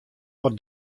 wat